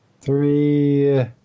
three